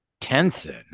Tenson